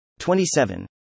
27